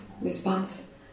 response